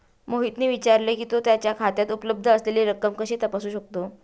मोहितने विचारले की, तो त्याच्या खात्यात उपलब्ध असलेली रक्कम कशी तपासू शकतो?